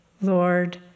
Lord